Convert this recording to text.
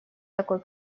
такой